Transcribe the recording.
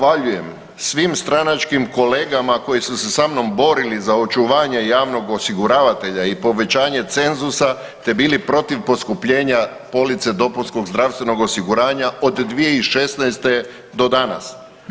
Zahvaljujem svim stranačkim kolegama koji su se sa mnom borili za očuvanje javnog osiguravatelja i povećanje cenzusa te bili protiv poskupljenja police dopunskog zdravstvenog osiguranja od 2016. do danas.